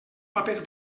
paper